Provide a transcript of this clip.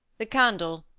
the candle,